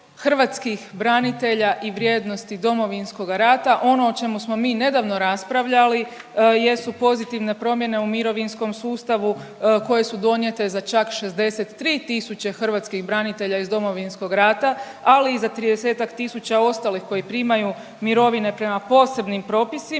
hrvatskih branitelja i vrijednosti Domovinskoga rata. Ono o čemu smo mi nedavno raspravljali jesu pozitivne promjene u mirovinskom sustavu koje su donijete za čak 63 tisuće hrvatskih branitelja iz Domovinskog rata, ali i za 30-tak tisuća ostalih koji primaju mirovine prema posebnim propisima